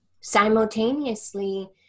Simultaneously